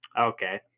okay